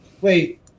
Wait